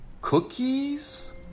Cookies